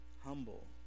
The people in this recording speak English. Humble